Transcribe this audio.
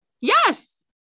Yes